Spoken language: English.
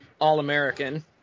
All-American